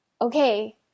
okay